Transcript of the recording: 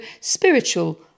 spiritual